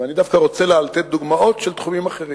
ואני דווקא רוצה לתת דוגמאות של תחומים אחרים.